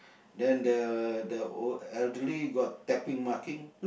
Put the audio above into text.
then the the o~ elderly got tapping marking